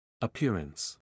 Appearance